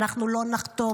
אנחנו לא נחתום,